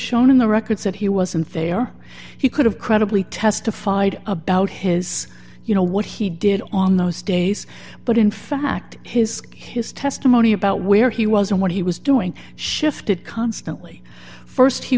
shown in the records that he wasn't there he could have credibly testified about his you know what he did on those days but in fact his kick his testimony about where he was and what he was doing shifted constantly st he